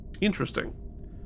Interesting